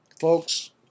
Folks